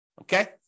Okay